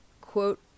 quote